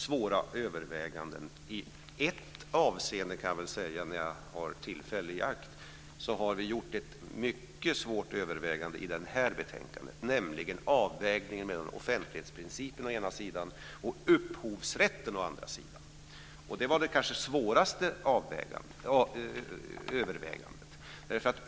Det har varit svåra överväganden. Jag tar tillfället i akt att säga att vi har gjort ett mycket svårt övervägande i detta betänkande, nämligen avvägningen mellan offentlighetsprincipen å ena sidan och upphovsrätten å andra sidan. Det var det kanske svåraste övervägandet.